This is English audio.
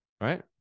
Right